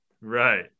Right